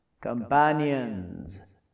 companions